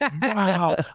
Wow